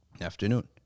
afternoon